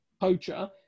poacher